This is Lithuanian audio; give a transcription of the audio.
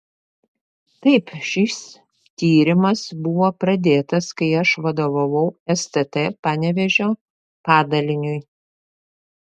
taip šis tyrimas buvo pradėtas kai aš vadovavau stt panevėžio padaliniui